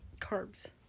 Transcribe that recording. Carbs